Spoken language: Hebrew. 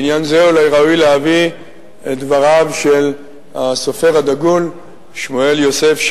בעניין זה אולי ראוי להביא את דבריו של הסופר הדגול שמואל יוסף,